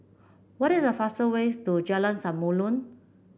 what is the fastest way to Jalan Samulun